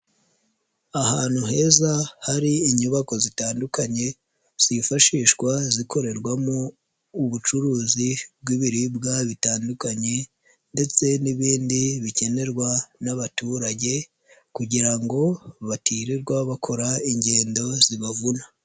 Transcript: Ahantu heza hari inyubako zitandukanye zifashishwa zikorerwamo ubucuruzi bw'ibiribwa bitandukanye ndetse n'ibindi bikenerwa n'abaturage kugira ngo batirirwa bakora ingendo zibavuna.